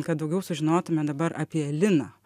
kad daugiau sužinotume dabar apie liną